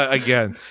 again